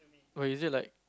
but is it like